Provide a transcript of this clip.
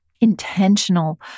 intentional